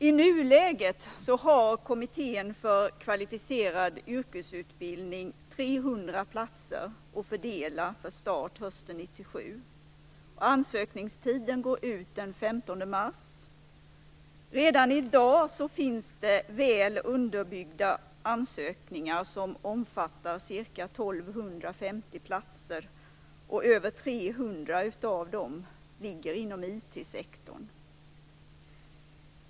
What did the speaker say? I nuläget har Kommittén för Kvalificerad yrkesutbildning 300 platser att fördela för start hösten 1997. Ansökningstiden går ut den 15 mars. Redan i dag finns det väl underbyggda ansökningar som omfattar ca 1 250 platser. Mer än 300 av dessa ligger inom IT-sektorn.